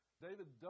David